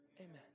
Amen